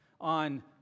on